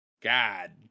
God